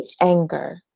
anger